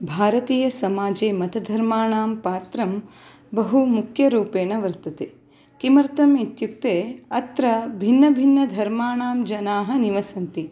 भारतीयसमाजे मतधर्माणां पात्रं बहु मुख्यरूपेण वर्तते किमर्थम् इत्युक्ते अत्र भिन्नभिन्नधर्माणां जनाः निवसन्ति